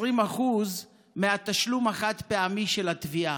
ישולמו 20% מהתשלום החד-פעמי של התביעה,